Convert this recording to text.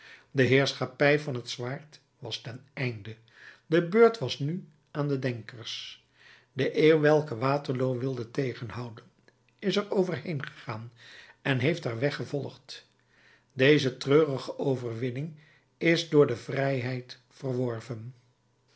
de heerschappij van het zwaard was ten einde de beurt was nu aan de denkers de eeuw welke waterloo wilde tegenhouden is er over heengegaan en heeft haar weg vervolgd deze treurige overwinning is door de vrijheid verworven